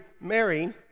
Mary